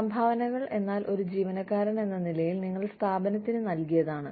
സംഭാവനകൾ എന്നാൽ ഒരു ജീവനക്കാരൻ എന്ന നിലയിൽ നിങ്ങൾ സ്ഥാപനത്തിന് നൽകിയതാണ്